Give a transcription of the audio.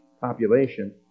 population